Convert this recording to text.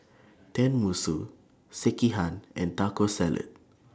Tenmusu Sekihan and Taco Salad